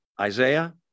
Isaiah